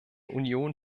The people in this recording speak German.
union